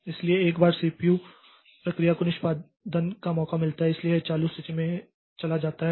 इसलिए एक बार सीपीयू प्रक्रिया को निष्पादन का मौका मिलता है इसलिए यह चालू स्थिति में चला जाता है